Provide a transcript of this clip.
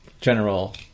General